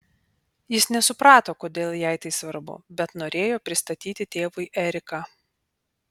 jis nesuprato kodėl jai tai svarbu bet norėjo pristatyti tėvui eriką